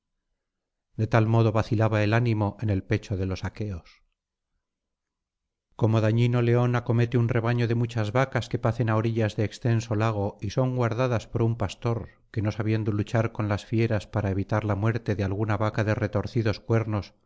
de tal modo vacilaba el ánimo en el pecho de los aqueos como dañino león acomete un rebaño de muchas vacas que pacen á orillas de extenso lago y son guardadas por un pastor que no sabiendo luchar con las fieras para evitar la muerte de alguna vaca de retorcidos cuernos